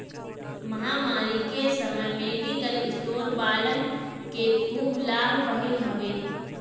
महामारी के समय मेडिकल स्टोर वालन के खूब लाभ भईल हवे